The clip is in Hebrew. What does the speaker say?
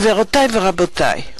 גבירותי ורבותי,